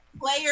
Player